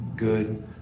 good